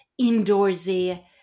indoorsy